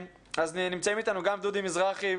נמצאים איתנו דודי מזרחי,